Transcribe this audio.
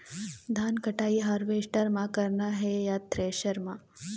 धान कटाई हारवेस्टर म करना ये या थ्रेसर म?